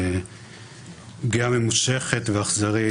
פגיעה ממושכת ואכזרית,